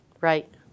Right